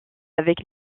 avec